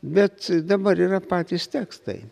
bet dabar yra patys tekstai